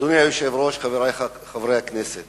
אדוני היושב-ראש, חברי חברי הכנסת